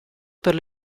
per